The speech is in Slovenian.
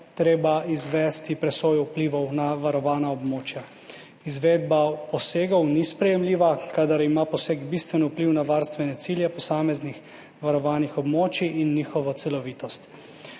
treba izvesti presojo vplivov na varovana območja. Izvedba posegov ni sprejemljiva, kadar ima poseg bistven vpliv na varstvene cilje posameznih varovanih območij in njihovo celovitost.